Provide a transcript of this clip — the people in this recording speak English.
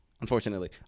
Unfortunately